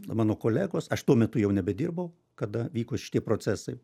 mano kolegos aš tuo metu jau nebedirbau kada vyko šitie procesai